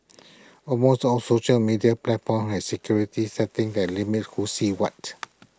almost all social media platforms have security settings that limit who sees what